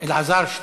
שלוש דקות.